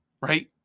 Right